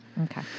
Okay